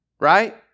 right